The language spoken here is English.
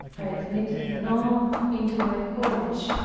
i admitted none into my coach,